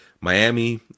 Miami